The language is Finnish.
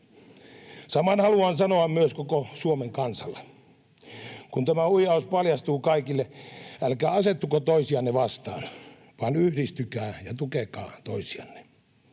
Saman haluan sanoa myös koko Suomen kansalle: kun tämä huijaus paljastuu kaikille, älkää asettuko toisianne vastaan, vaan yhdistykää ja tukekaa toisianne.